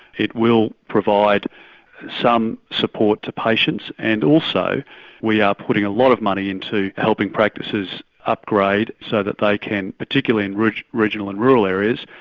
it will provide some support to patients, and also we are putting a lot of money into helping practices upgrade so that they can, particularly and in regional and rural areas,